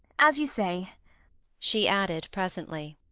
as you say she added presently,